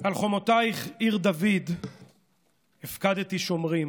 חומותייך עיר דוד הפקדתי שומרים